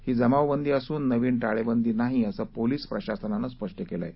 ही जमावबंदी असून नवीन टाळेबंदी नाही असं पोलीस प्रशासनानं स्पष्ट केलं आहे